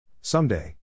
Someday